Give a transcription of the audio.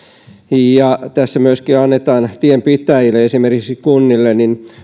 tässä myöskin annetaan tienpitäjille esimerkiksi kunnille